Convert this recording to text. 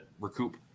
recoup